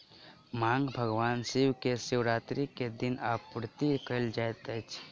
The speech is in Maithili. भांग भगवान शिव के शिवरात्रि के दिन अर्पित कयल जाइत अछि